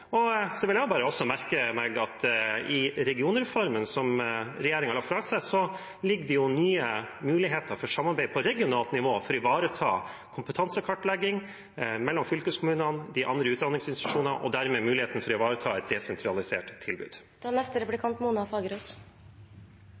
Jeg har også merket meg at i regionreformen som regjeringen la fram, ligger det nye muligheter for samarbeid på regionalt nivå for å ivareta kompetansekartlegging mellom fylkeskommunene og de andre utdanningsinstitusjonene – og dermed en mulighet til å ivareta et desentralisert tilbud.